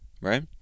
right